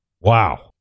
Wow